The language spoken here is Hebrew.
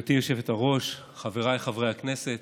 גברתי היושבת-ראש, חבריי חברי הכנסת,